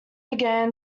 began